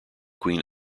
queen